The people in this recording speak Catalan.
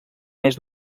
més